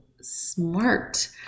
smart